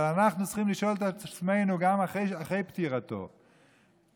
אבל אנחנו צריכים לשאול את עצמנו גם אחרי פטירתו את